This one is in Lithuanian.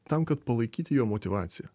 tam kad palaikyti jo motyvaciją